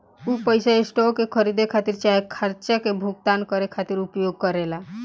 उ पइसा स्टॉक के खरीदे खातिर चाहे खर्चा के भुगतान करे खातिर उपयोग करेला